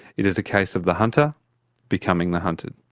it is a case of the hunter becoming the hunted.